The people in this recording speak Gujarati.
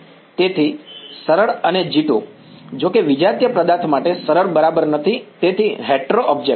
તેથી તેથી સરળ અને G2 જો કે વિજાતીય પદાર્થ માટે સરળ બરાબર નથી તેથી હેટરો ઑબ્જેક્ટ